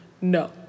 no